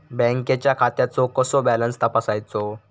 बँकेच्या खात्याचो कसो बॅलन्स तपासायचो?